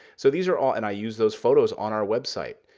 so these are all and i use those photos on our website.